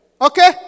Okay